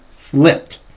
flipped